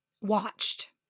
watched